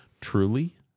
truly